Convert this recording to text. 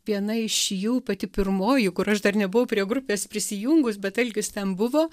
viena iš jų pati pirmoji kur aš dar nebuvau prie grupės prisijungus bet algis ten buvo